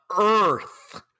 Earth